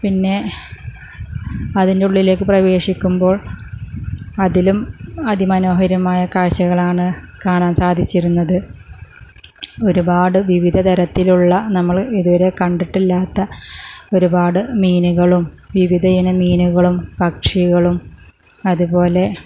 പിന്നെ അതിൻ്റെ ഉള്ളിലേക്ക് പ്രവേശിക്കുമ്പോൾ അതിലും അതിമനോഹരമായ കാഴ്ചകളാണ് കാണാൻ സാധിച്ചിരുന്നത് ഒരുപാട് വിവിധതരത്തിലുള്ള നമ്മൾ ഇതുവരെ കണ്ടിട്ടില്ലാത്ത ഒരുപാട് മീനുകളും വിവിധയിനം മീനുകളും പക്ഷികളും അതുപോലെ